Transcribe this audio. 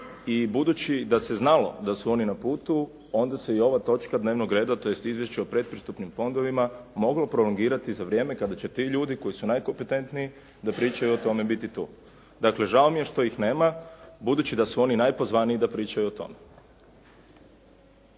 i budući da se znalo da su oni na putu onda se i ova točka dnevnog reda tj. izvješće o predpristupnim fondovima moglo prolongirati za vrijeme kada će ti ljudi koji su najkompetentniji da pričaju o tome biti tu. Dakle žao mi je što ih nema budući da su oni najpozvaniji da pričaju o tome.